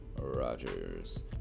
rogers